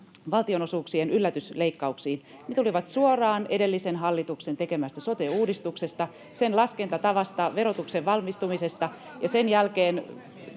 Marinin perintö!] ne tulivat suoraan edellisen hallituksen tekemästä sote-uudistuksesta, sen laskentatavasta, verotuksen valmistumisesta, ja sen jälkeen